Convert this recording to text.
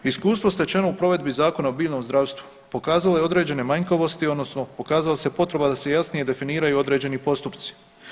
Iskustvo stečeno u provedbi Zakona o biljnom zdravstvu pokazalo je određene manjkavosti, odnosno pokazala se potreba da se jasnije definiraju određeni postupci.